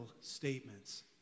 statements